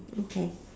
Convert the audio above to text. okay